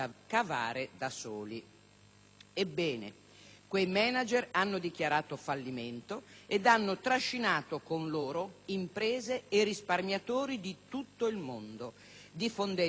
Ebbene, quei manager hanno dichiarato fallimento ed hanno trascinato con loro imprese e risparmiatori di tutto il mondo, diffondendo il panico sui mercati.